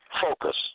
focus